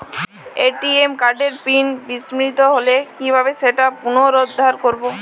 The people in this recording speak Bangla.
এ.টি.এম কার্ডের পিন বিস্মৃত হলে কীভাবে সেটা পুনরূদ্ধার করব?